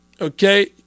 Okay